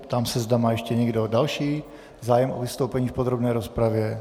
Ptám se, zda má ještě někdo další zájem o vystoupení v podrobné rozpravě.